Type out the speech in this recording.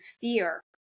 fear